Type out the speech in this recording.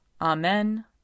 Amen